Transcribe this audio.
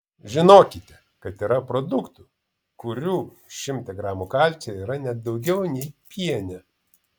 žinokite kad yra produktų kurių šimte gramų kalcio yra net daugiau nei piene